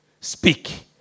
Speak